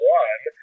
one